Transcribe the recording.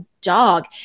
dog